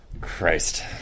Christ